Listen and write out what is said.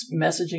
messaging